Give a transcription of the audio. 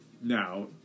Now